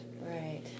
Right